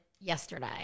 yesterday